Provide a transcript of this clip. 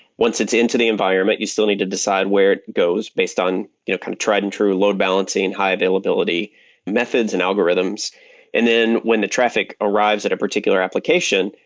once it's into the environment, you still need to decide where it goes based on you know kind of tried-and-true load balancing, high availability methods and algorithms and then when the traffic arrives at a particular application,